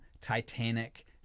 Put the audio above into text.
Titanic